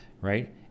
right